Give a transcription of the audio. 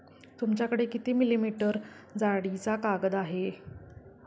तुमच्याकडे किती मिलीमीटर जाडीचा कागद आहे?